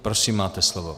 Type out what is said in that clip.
Prosím, máte slovo.